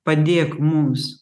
padėk mums